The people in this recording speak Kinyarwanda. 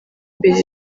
mbere